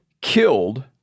killed